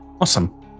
awesome